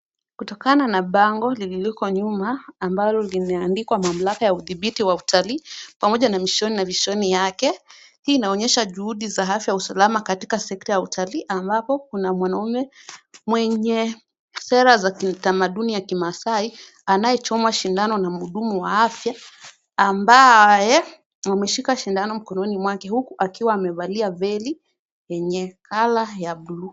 Kutokana na bango lililoko nyuma, ambalo limeandikwa mamlaka ya uthibiti wa utalii, pamoja na mishoni yake na vishoni yake. Hii inaonyesha juhudi za afya usalama katika sekta ya utalii, ambapo kuna mwanamme mwenye sera za kitamaduni ya kimaasai anayechomwa shindano na mhudumu wa afya, ambaye ameshika shindano mkononi mwake huku akiwa amebeba veli lenye colour ya bluu.